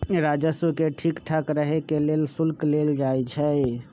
राजस्व के ठीक ठाक रहे के लेल शुल्क लेल जाई छई